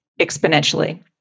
exponentially